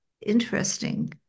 interesting